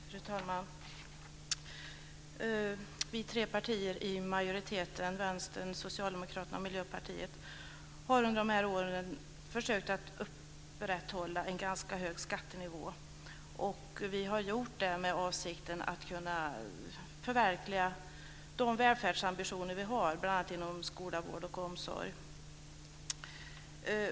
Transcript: Fru talman! Vi tre partier i majoriteten, Vänstern, Socialdemokraterna och Miljöpartiet, har under dessa år försökt att upprätthålla en ganska hög skattenivå, och det har vi gjort med avsikten att kunna förverkliga de välfärdsambitioner som vi har, bl.a. inom skola, vård och omsorg.